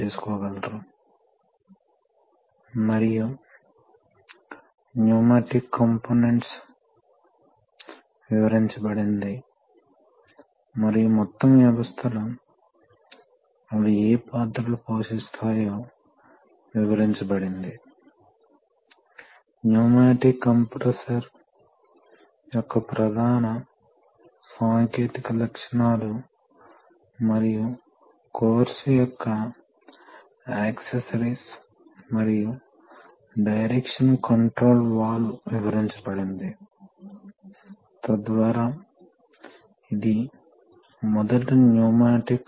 pressure మరియు flow control valves మరియు సిలిండర్ల ఆపరేషన్ సూత్రాలను వివవరిస్తాము ప్రపోర్షనల్ వాల్వ్స్ యొక్క ప్రాథమిక భాగాలు సర్వో వాల్వ్స్ యొక్క ప్రాథమిక భాగాల గురించి తెలుసుకుందాము మరియు హైడ్రాలిక్ యాక్చుయేషన్ సిస్టమ్స్ యొక్క నియంత్రణ నిర్మాణం ఇవి ఈ పాఠం యొక్క ఇంస్ట్రక్షనల్ ఆబ్జెక్టివ్స్